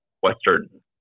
Western